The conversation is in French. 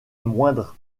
moindres